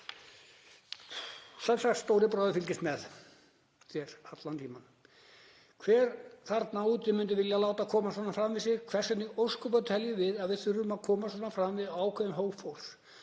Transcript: sagt, stóri bróðir fylgist með þér allan tímann. Hver þarna úti myndi vilja láta koma svona fram við sig og hvers vegna í ósköpunum teljum við að við þurfum að koma svona fram við ákveðinn hóp fólks,